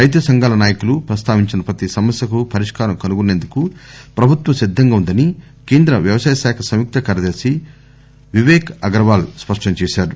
రైతు సంఘాల నాయకులు ప్రస్తావించిన ప్రతి సమస్యకు పరిష్కారం కనుగొనేందుకు ప్రభుత్వం సిద్దంగా ఉందని కేంద్ర వ్యసాయ శాఖ సంయుక్త కార్యదర్శి వివేక్ అగర్వాల్ స్పష్టం చేశారు